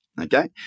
okay